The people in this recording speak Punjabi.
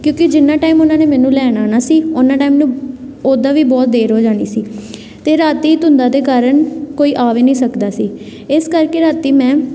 ਕਿਉਂਕਿ ਜਿੰਨਾਂ ਟਾਈਮ ਉਹਨਾਂ ਨੇ ਮੈਨੂੰ ਲੈਣ ਆਉਣਾ ਸੀ ਉਨਾਂ ਟਾਈਮ ਨੂੰ ਉਦਾਂ ਵੀ ਬਹੁਤ ਦੇਰ ਹੋ ਜਾਣੀ ਸੀ ਅਤੇ ਰਾਤੀ ਧੁੰਦਾਂ ਦੇ ਕਾਰਨ ਕੋਈ ਆ ਵੀ ਨੀ ਸਕਦਾ ਸੀ ਇਸ ਕਰਕੇ ਰਾਤੀ ਮੈਂ